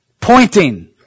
pointing